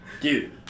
Dude